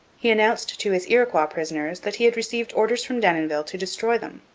he announced to his iroquois prisoners that he had received orders from denonville to destroy them.